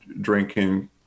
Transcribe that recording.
drinking